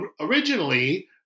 originally